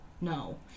no